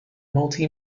multi